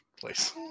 place